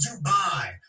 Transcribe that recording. Dubai